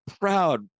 proud